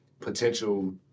potential